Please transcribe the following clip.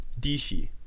Dishi